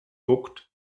guckt